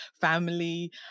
family